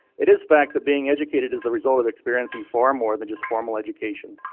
it is fact that being educated is the result of experiencing for more than just formal education,